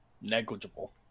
negligible